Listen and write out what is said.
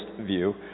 view